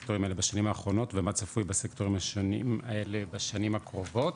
ומה צפוי בסקטורים השונים האלה בשנים הקרובות,